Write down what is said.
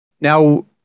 Now